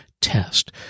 test